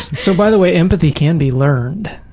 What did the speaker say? so, by the way, empathy can be learned.